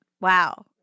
Wow